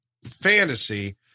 fantasy